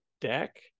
deck